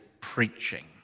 preaching